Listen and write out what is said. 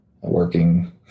Working